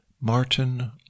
Martin